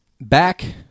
back